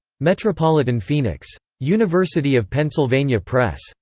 metropolitan phoenix. university of pennsylvania press.